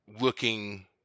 looking